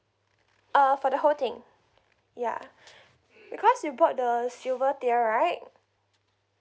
uh for the whole thing ya because you bought the silver tier right